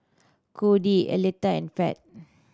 Codie Alethea and Pat